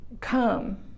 come